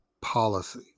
policy